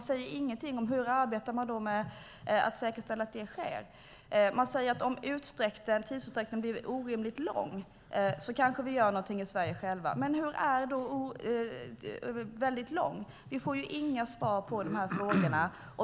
Ingenting sägs om hur man arbetar med att säkerställa att detta sker. Man säger: Om tidsutdräkten blir orimligt lång kanske vi gör någonting i Sverige själva. Men vad är väldigt lång i sammanhanget? Vi får inga svar på de här frågorna.